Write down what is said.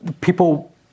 People